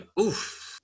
Oof